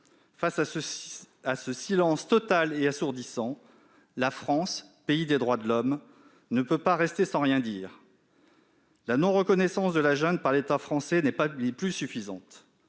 face à ce silence total et assourdissant, la France, pays des droits de l'homme, ne peut pas rester sans rien dire. La non-reconnaissance de la junte par l'État français n'est plus suffisante.